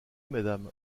madame